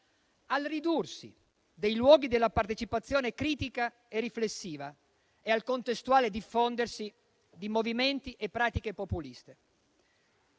dal ridursi dei luoghi della partecipazione critica e riflessiva al contestuale diffondersi di movimenti e pratiche populiste.